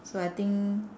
so I think